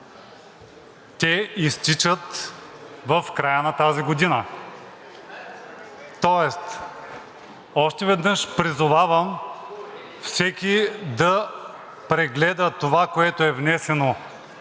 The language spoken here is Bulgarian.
те изтичат в края на тази година. Тоест, още веднъж призовавам всеки да прегледа това, което е внесено